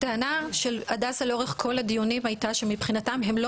הטענה של הדסה לאורך כל הדיונים הייתה שמבחינתם הם לא